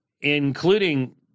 including